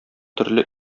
төрле